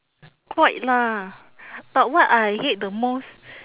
quite lah but what I hate the most